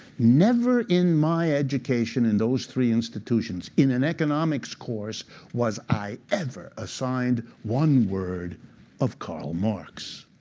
never in my education in those three institutions in an economics course was i ever assigned one word of karl marx.